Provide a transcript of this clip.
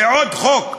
זה עוד חוק.